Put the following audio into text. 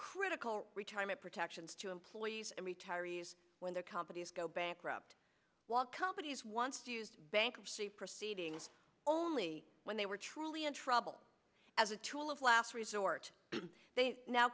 critical retirement protections to employees and retirees when their companies go bankrupt while companies once used bankruptcy proceeding only when they were truly in trouble as a tool of last resort they now